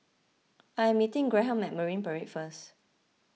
I am meeting Graham Marine Parade first